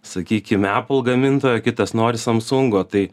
sakykime apple gamintojo kitas nori samsungo tai